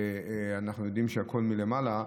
ואנחנו יודעים שהכול מלמעלה,